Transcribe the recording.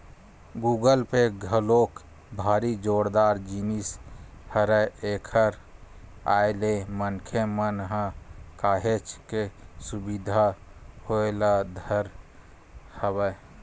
Google Pay घलोक भारी जोरदार जिनिस हरय एखर आय ले मनखे मन ल काहेच के सुबिधा होय ल धरे हवय